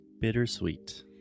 Bittersweet